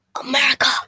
America